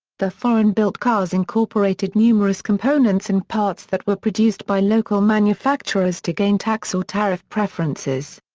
the foreign built cars incorporated numerous components and parts that were produced by local manufacturers to gain tax or tariff preferences.